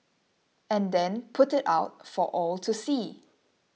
and then put it out for all to see